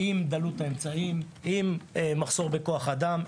למרות דלות האמצעים והמחסור בכוח האדם.